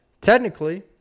technically